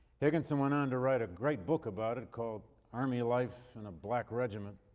higginson went on to write a great book about it called army life in a black regiment,